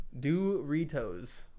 Doritos